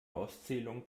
auszählung